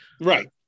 Right